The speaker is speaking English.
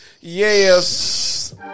Yes